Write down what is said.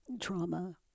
trauma